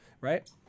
right